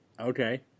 Okay